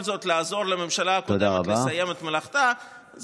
זאת לעזור לממשלה הקודמת לסיים את מלאכתה.